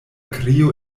krio